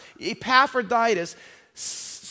Epaphroditus